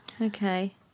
Okay